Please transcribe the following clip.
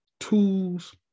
tools